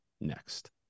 next